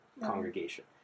congregation